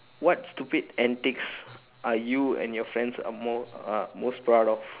what stupid antics are you and your friends are mo~ are most proud of